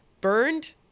burned